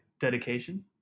Dedication